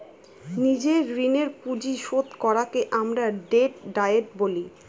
নিজের ঋণের পুঁজি শোধ করাকে আমরা ডেট ডায়েট বলি